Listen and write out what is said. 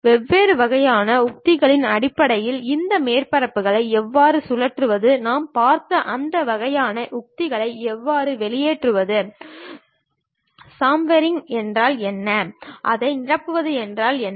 வெவ்வேறு வகையான உத்திகளின் அடிப்படையில் இந்த மேற்பரப்புகளை எவ்வாறு சுழற்றுவது நாம் பார்த்த அந்த வகையான உத்திகளை எவ்வாறு வெளியேற்றுவது சாம்ஃபெரிங் என்றால் என்ன அதை நிரப்புவது என்றால் என்ன